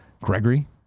Gregory